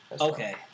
okay